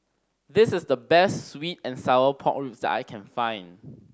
this is the best sweet and sour pork ribs that I can find